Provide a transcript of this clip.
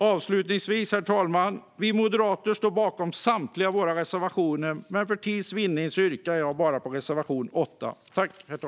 Avslutningsvis, herr talman, står vi moderater bakom samtliga våra reservationer, men för tids vinnande yrkar jag bifall endast till reservation 8.